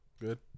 Good